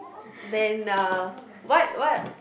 then uh what what